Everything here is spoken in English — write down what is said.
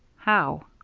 how?